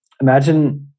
imagine